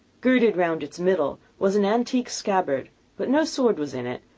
girded round its middle was an antique scabbard but no sword was in it,